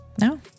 No